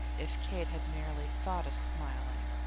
if kate had merely thought of smiling.